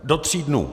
Do tří dnů.